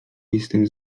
jestem